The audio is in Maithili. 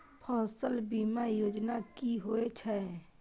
फसल बीमा योजना कि होए छै?